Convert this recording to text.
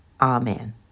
Amen